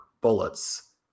bullets